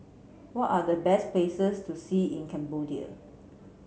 what are the best places to see in Cambodia